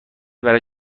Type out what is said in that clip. برای